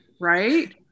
right